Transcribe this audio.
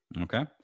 Okay